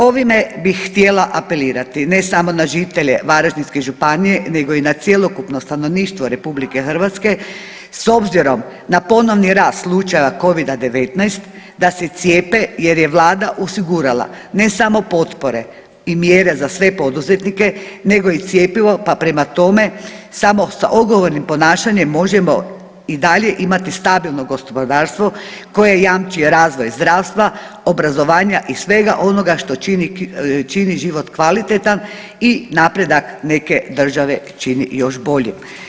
Ovime bih htjela apelirati ne samo na žitelje Varaždinske županije nego i na cjelokupno stanovništvo RH, s obzirom na ponovni rast slučaja COVID-a 19, da se cijepe jer je Vlada osigurala ne samo potpore i mjere za sve poduzetnike nego i cjepivo, pa prema tome, samo sa odgovornim ponašanjem i dalje imate stabilno gospodarstvo koje jamči razvoj zdravstva, obrazovanja i svega onoga što čini život kvalitetan i napredak neke države čini još boljim.